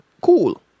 Cool